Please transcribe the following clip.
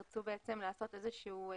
ירצו לעשות בו איזה שהם שינויים.